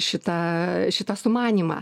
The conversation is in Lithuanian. šitą šitą sumanymą